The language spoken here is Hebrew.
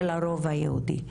של הרוב היהודי.